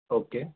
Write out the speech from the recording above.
okay